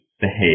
behave